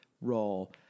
role